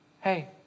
Hey